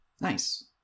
Nice